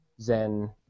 Zen